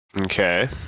Okay